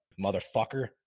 motherfucker